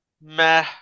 meh